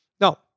Now